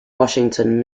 washington